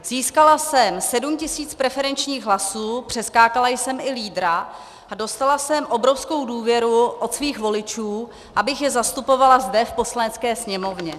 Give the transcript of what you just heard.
Získala jsem 7 tisíc preferenčních hlasů, přeskákala jsem i lídra a dostala jsem obrovskou důvěru od svých voličů, abych je zastupovala zde v Poslanecké sněmovně.